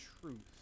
truth